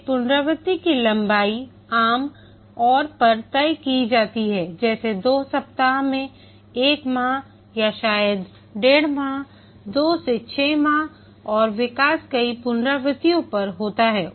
प्रत्येक पुनरावृत्ति की लंबाई आम तौर पर तय की जाती है जैसे 2 सप्ताह से 1 माह या शायद 15 माह 2 से 6 सप्ताह और विकास कई पुनरावृत्तियों पर होता है